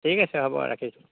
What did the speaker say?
ঠিক আছে হ'ব ৰাখিছোঁ